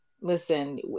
listen